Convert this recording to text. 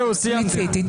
מיציתי.